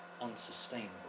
unsustainable